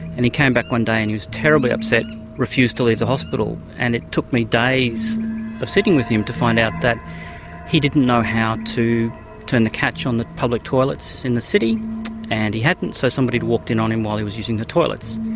and he came back one day and he was terribly upset and refused to leave the hospital, and it took me days of sitting with him to find out that he didn't know how to turn the catch on the public toilets in the city and he hadn't, so somebody had walked in on him while he was using the toilets.